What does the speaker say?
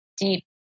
deep